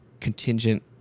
contingent